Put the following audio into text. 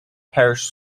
parish